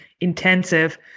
intensive